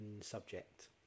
subject